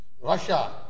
Russia